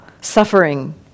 suffering